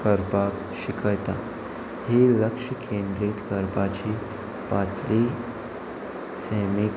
करपाक शिकयता ही लक्ष केंद्रीत करपाची पातली सैमीक